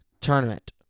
tournament